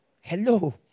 Hello